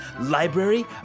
library